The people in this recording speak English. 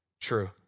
true